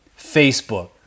Facebook